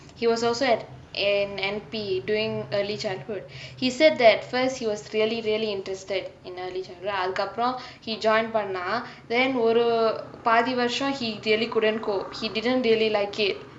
he was also at mm N_P doing early childhood he said that first he was really really interested in early childhood அதுக்கு அப்ரோ:athuku apro he joined பண்ண:panna then ஒரு பாதி வர்ஷோ:oru paathi varsho he really couldn't cope he didn't really like it